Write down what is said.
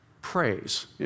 Praise